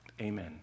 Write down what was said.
Amen